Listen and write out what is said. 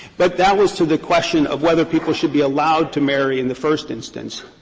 but that was to the question of whether people should be allowed to marry in the first instance.